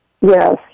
yes